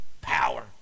power